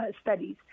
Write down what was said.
studies